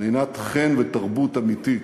פנינת חן ותרבות אמיתית,